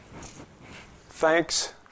Thanks